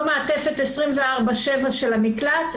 ללא מעטפת 7/24 של המקלט,